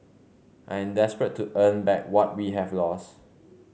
I am desperate to earn back what we have lost